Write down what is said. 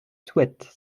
souhaitent